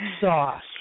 sauce